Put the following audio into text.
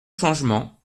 changements